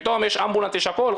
פתאום יש אמבולנס יש הכול,